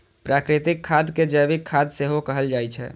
प्राकृतिक खाद कें जैविक खाद सेहो कहल जाइ छै